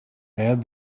add